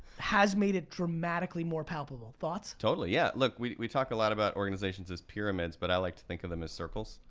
has made it dramatically more palpable, thoughts? totally, yeah, look, we we talk a lot about organizations as pyramids, but i like to think of them as circles.